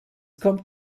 kommt